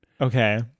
Okay